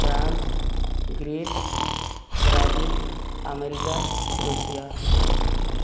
France Greece Brazil America Russia